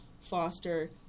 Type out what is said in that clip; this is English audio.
foster